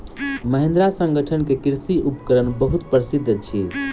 महिंद्रा संगठन के कृषि उपकरण बहुत प्रसिद्ध अछि